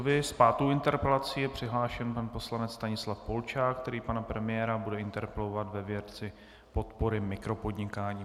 S pátou interpelací je přihlášen pan poslanec Stanislav Polčák, který pana premiéra bude interpelovat ve věci podpory mikropodnikání.